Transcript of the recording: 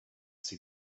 see